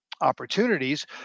opportunities